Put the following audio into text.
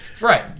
right